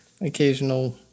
occasional